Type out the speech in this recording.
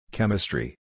Chemistry